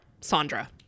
Sandra